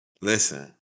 listen